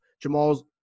jamal's